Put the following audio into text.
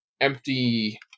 empty